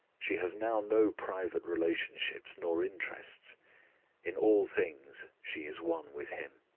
she has now no private relationships nor interests in all things she is one with him.